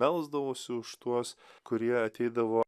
melsdavosi už tuos kurie ateidavo